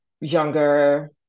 younger